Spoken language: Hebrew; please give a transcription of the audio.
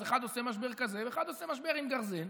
אז אחד עושה משבר כזה ואחד עושה משבר עם גרזן.